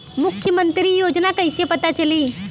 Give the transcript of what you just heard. मुख्यमंत्री योजना कइसे पता चली?